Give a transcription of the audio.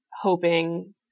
hoping